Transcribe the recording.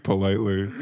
politely